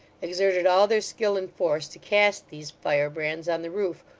exerted all their skill and force to cast these fire-brands on the roof,